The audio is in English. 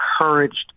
encouraged